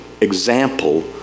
example